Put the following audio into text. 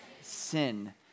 Sin